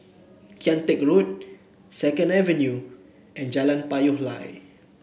Kian Teck Road Second Avenue and Jalan Payoh Lai